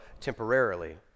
temporarily